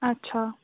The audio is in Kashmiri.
اَچھا